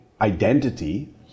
identity